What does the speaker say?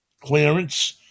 clearance